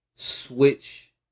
Switch